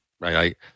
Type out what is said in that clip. right